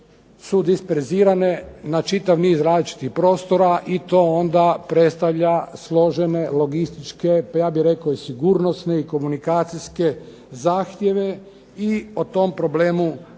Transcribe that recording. su disperzirane na čitav niz različitih prostora i to onda predstavlja složene logističke, pa ja bih rekao i sigurnosne, komunikacijske zahtjeve. I o tom problemu treba